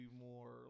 more